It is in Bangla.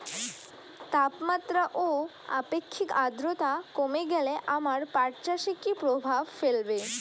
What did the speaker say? তাপমাত্রা ও আপেক্ষিক আদ্রর্তা কমে গেলে আমার পাট চাষে কী প্রভাব ফেলবে?